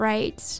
Right